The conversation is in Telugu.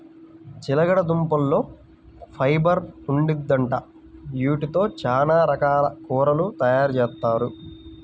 చిలకడదుంపల్లో ఫైబర్ ఉండిద్దంట, యీటితో చానా రకాల కూరలు తయారుజేత్తారు